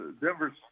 Denver's